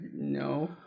no